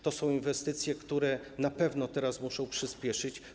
To są inwestycje, które na pewno teraz muszą przyspieszyć.